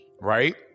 right